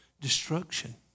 Destruction